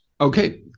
Okay